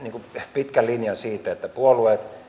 pitkän linjan siitä että puolueet